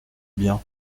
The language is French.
bien